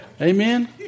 Amen